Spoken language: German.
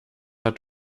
hat